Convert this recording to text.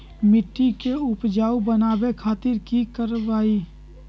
मिट्टी के उपजाऊ बनावे खातिर की करवाई?